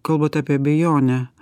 kalbat apie abejonę